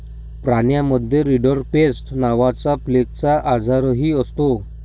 प्राण्यांमध्ये रिंडरपेस्ट नावाचा प्लेगचा आजारही असतो